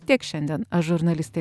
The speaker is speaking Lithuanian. tiek šiandien aš žurnalistė